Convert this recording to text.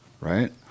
Right